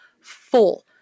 full